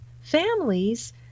families